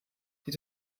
die